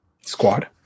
Squad